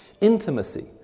Intimacy